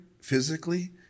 physically